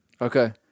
Okay